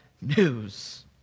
news